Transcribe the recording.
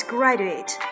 Graduate